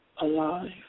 alive